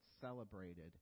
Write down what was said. celebrated